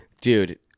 Dude